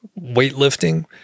weightlifting